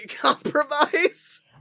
compromise